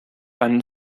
ein